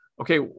Okay